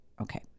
Okay